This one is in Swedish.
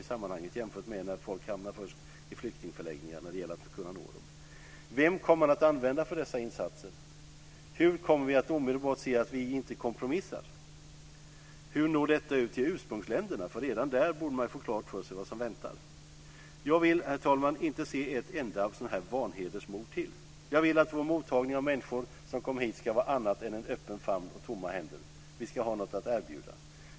Det är lättare att nå dem som först hamnar i flyktingförläggningar. Vilka kommer att användas för dessa insatser? Hur kommer vi att omedelbart klargöra att vi inte kompromissar? Hur når detta ut till hemländerna? Redan där borde de som kommer hit få klart för sig vad som väntar. Jag vill, herr talman, inte se ett enda vanhedersmord till. Jag vill att vårt mottagande av människor som kommer hit ska vara mer än en öppen famn och tomma händer. Vi ska ha något att erbjuda.